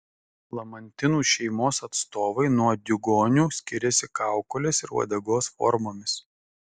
lamantinų šeimos atstovai nuo diugonių skiriasi kaukolės ir uodegos formomis